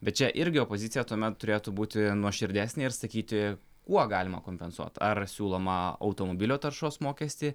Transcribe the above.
bet čia irgi opozicija tuomet turėtų būti nuoširdesnė ir sakyti kuo galima kompensuot ar siūlomą automobilio taršos mokestį